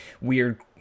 weird